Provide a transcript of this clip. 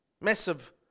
massive